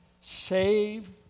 Save